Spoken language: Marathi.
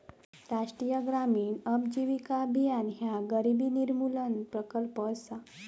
राष्ट्रीय ग्रामीण उपजीविका अभियान ह्या गरिबी निर्मूलन प्रकल्प असा